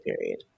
period